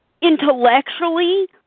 intellectually